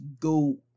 go